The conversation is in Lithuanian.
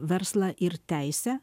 verslą ir teisę